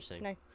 no